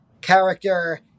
character